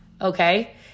okay